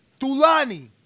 Thulani